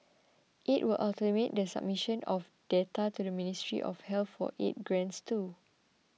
it will automate the submission of data to the Ministry of Health for aid grants too